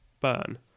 burn